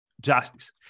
justice